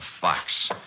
fox